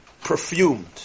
perfumed